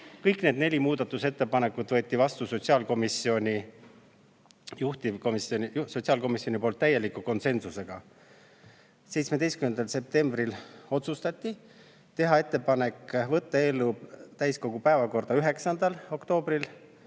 Kõik need neli muudatusettepanekut võttis sotsiaalkomisjon juhtivkomisjonina vastu täieliku konsensusega. 17. septembril otsustati teha ettepanek võtta eelnõu täiskogu päevakorda 9. oktoobril,